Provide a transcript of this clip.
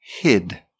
hid